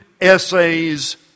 essays